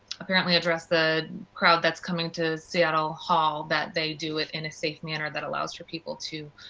apparently address the crowd that's coming to seattle hall, that they do it in a safe manner, that allows for people to